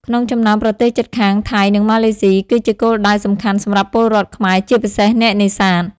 ក្នុងចំណោមប្រទេសជិតខាង ថៃ និងម៉ាឡេស៊ី គឺជាគោលដៅសំខាន់សម្រាប់ពលរដ្ឋខ្មែរ ជាពិសេសអ្នកនេសាទ។